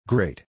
Great